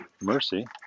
mercy